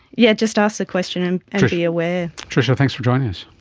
yeah just ask the question and be aware. tricia, thanks for joining us.